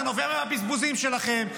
זה נובע מהבזבוזים שלכם,